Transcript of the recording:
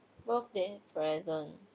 birthday present